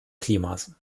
klimas